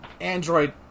Android